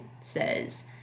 says